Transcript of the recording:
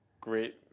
Great